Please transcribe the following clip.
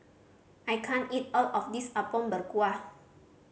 I can't eat all of this Apom Berkuah